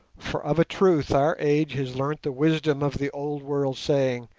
for of a truth our age has learnt the wisdom of the old-world saying,